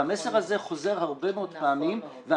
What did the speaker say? והמסר הזה חוזר הרבה מאוד פעמים.